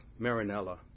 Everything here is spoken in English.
Marinella